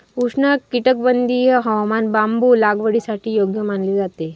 उष्णकटिबंधीय हवामान बांबू लागवडीसाठी योग्य मानले जाते